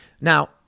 Now